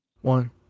One